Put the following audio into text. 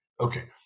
okay